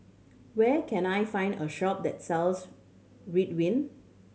where can I find a shop that sells Ridwind